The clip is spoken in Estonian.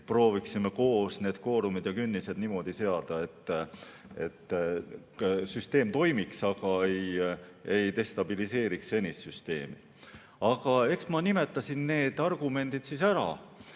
me prooviksime koos need kvoorumid ja künnised niimoodi seada, et süsteem toimiks, aga ei destabiliseeriks senist süsteemi. Aga eks ma nimetasin need argumendid ära.